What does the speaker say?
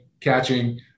catching